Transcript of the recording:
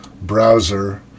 browser